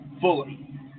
fully